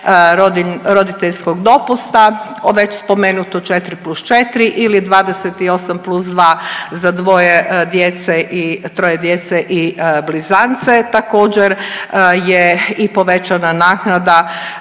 roditeljskog dopusta. Već spomenuto 4 plus 4 ili 28 plus 2 za dvoje djece, troje djece i blizance. Također je i povećana naknada